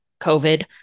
COVID